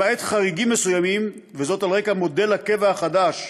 למעט חריגים מסוימים, וזאת על רקע מודל הקבע החדש,